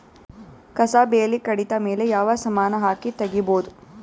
ಕಸಾ ಬೇಲಿ ಕಡಿತ ಮೇಲೆ ಯಾವ ಸಮಾನ ಹಾಕಿ ತಗಿಬೊದ?